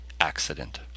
accident